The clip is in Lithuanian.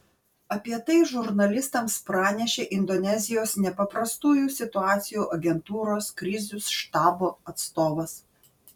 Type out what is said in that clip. apie tai žurnalistams pranešė indonezijos nepaprastųjų situacijų agentūros krizių štabo atstovas